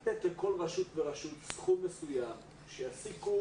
צריכים לתת לכל רשות ורשות סכום מסוים שיעסיקו